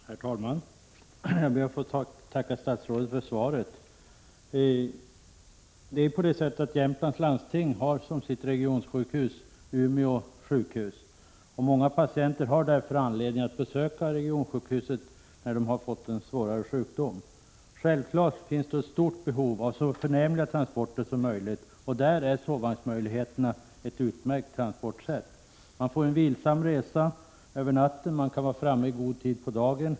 Herr talman! Jag ber att få tacka statsrådet för svaret. Jämtlands läns landsting har som sitt regionsjukhus Umeå sjukhus. Många patienter har därför anledning att besöka regionsjukhuset när de har fått en svårare sjukdom. Självfallet finns det stort behov av så förnämliga transporter som möjligt. Då är tåg med sovvagn ett utmärkt transportmedel. Man får en vilsam resa över natten och kommer fram i god tid på dagen.